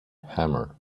hammer